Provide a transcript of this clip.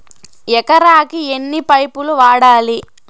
ఎకరాకి ఎన్ని పైపులు వాడాలి?